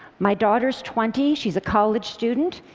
my daughter's twenty. she's a college student.